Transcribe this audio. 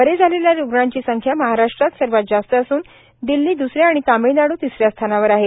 बरे झालेल्या रुग्णांची संख्या महाराष्ट्रात सर्वात जास्त असून दिल्ली द्रसऱ्या आणि तामिळनाडू तिसऱ्या स्थानावर आहे